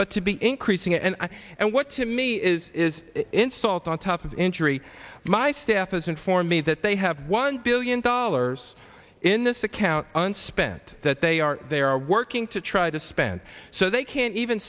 but to be increasing and i and what to me is is installed on top of injury my staff has informed me that they have one billion dollars in this account and spent that they are they are working to try to spend so they can't even